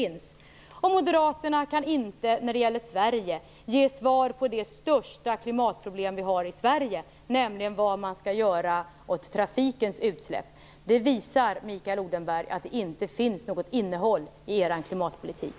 När det gäller Sverige kan inte Moderaterna ge besked om det största klimatproblem som vi har, nämligen vad man skall göra åt trafikens utsläpp. Det visar, Mikael Odenberg, att det inte finns något innehåll i er klimatpolitik.